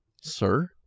sir